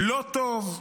לא טוב,